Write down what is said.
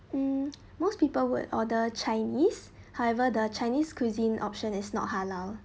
mm most people would order chinese however the chinese cuisine option is not halal